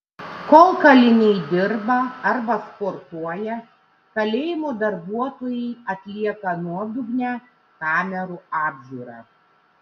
kol kaliniai dirba arba sportuoja kalėjimo darbuotojai atlieka nuodugnią kamerų apžiūrą